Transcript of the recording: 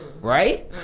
right